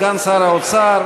סגן שר האוצר,